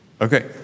Okay